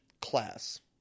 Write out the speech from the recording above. class